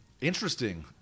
Interesting